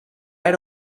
era